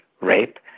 rape